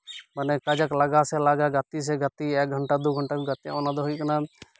ᱢᱟᱱᱮ ᱠᱟᱡᱟᱠ ᱞᱟᱜᱟ ᱥᱮ ᱞᱟᱜᱟ ᱜᱟᱛᱤᱭᱮᱭᱟ ᱮᱠ ᱜᱷᱚᱱᱴᱟ ᱫᱩ ᱜᱷᱚᱱᱴᱟ ᱠᱚ ᱜᱟᱛᱮᱜᱼᱟ ᱚᱱᱟ ᱫᱚ ᱦᱩᱭᱩᱜ ᱠᱟᱱᱟ